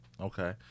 Okay